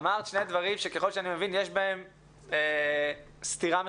אמרת שני דברים שיש בהם סתירה מסוימת.